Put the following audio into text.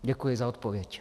Děkuji za odpověď.